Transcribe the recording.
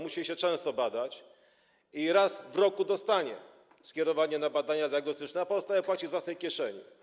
Musi się często badać i raz w roku dostaje skierowanie na badania diagnostyczne, a za pozostałe płaci z własnej kieszeni.